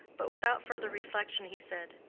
but without further reflection he said,